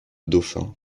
dauphin